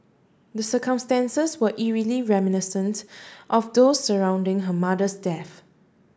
the circumstances were eerily reminiscent of those surrounding her mother's death